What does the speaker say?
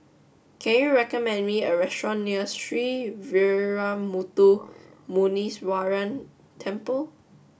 can you recommend me a restaurant near Sree Veeramuthu Muneeswaran Temple